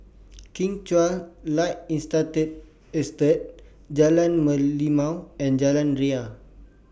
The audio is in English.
Kim Chuan Light Industrial Estate Jalan Merlimau and Jalan Ria